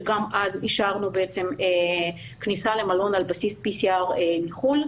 שגם אז אישרנו בעצם כניסה למלון על בסיס PCR מחו"ל.